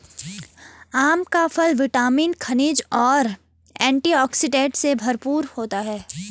आम का फल विटामिन, खनिज और एंटीऑक्सीडेंट से भरपूर होता है